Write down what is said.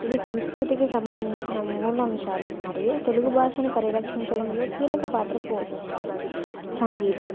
ఇవి సంస్కృతికి సంబంధించిన మూల అంశాలు మరియు తెలుగు భాషను పరిరక్షించడంలో కీలక పాత్ర పోషిస్తాయి సంగీతం